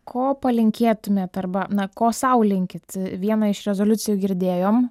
ko palinkėtumėt arba na ko sau linkit vieną iš rezoliucijų girdėjom